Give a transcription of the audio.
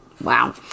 Wow